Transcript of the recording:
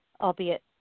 albeit